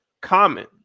common